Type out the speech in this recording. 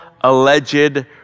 alleged